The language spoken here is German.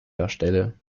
darstelle